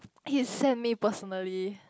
he send me personally